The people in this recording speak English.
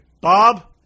Bob